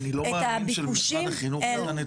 אני לא מאמין שלמשרד החינוך אין את הנתונים האלה.